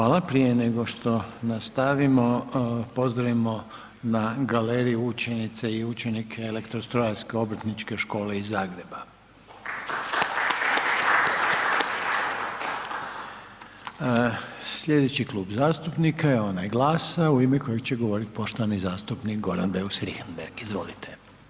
Hvala, prije nego što nastavimo pozdravimo na galeriji učenice i učenike Elektrostrojarske obrtničke škole iz Zagreba … Slijedeći Klub zastupnika je onaj GLAS-a u ime kojeg će govorit poštovani zastupnik Goran Beus Richembergh, izvolite.